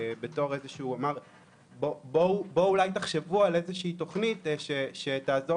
הוא אמר בואו אולי תחשבו על איזה שהיא תכנית שתעזור